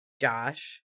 josh